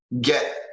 get